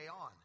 on